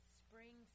spring